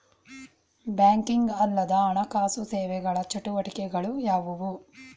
Banking ಅಲ್ಲದ ಹಣಕಾಸು ಸೇವೆಗಳ ಚಟುವಟಿಕೆಗಳು ಯಾವುವು?